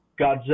Godzilla